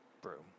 Broom